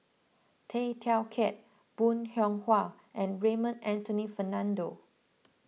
Tay Teow Kiat Bong Hiong Hwa and Raymond Anthony Fernando